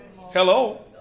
Hello